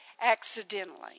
accidentally